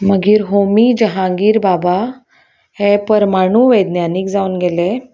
मागीर होमी जहांगीर बाबा हें परमाणू वैज्ञानीक जावन गेले